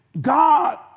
God